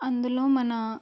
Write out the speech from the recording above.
అందులో మన